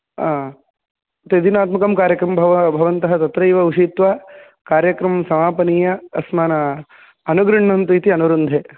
आ त्रिदिनात्मकं कार्यक्रमं भ भवन्तः तत्रैव उषित्वा कार्यक्रमं समापनीया अस्मान् अनुगृण्हन्तु इति अनुरुन्धे